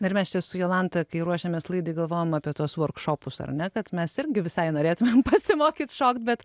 ir mes čia su jolanta kai ruošėmės laidai galvojom apie tuos ar ne kad mes irgi visai norėtumėm pasimokyt šokt bet